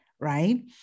Right